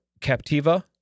Captiva